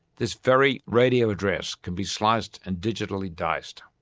this very radio address can be sliced and digitally diced.